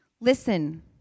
Listen